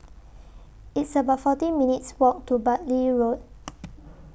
It's about forty minutes' Walk to Bartley Road